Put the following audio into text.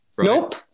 Nope